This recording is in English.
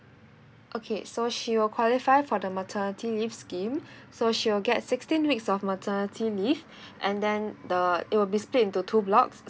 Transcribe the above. okay so she will qualify for the maternity leave scheme so she will get sixteen weeks of maternity leave and then the it will be split into two blocks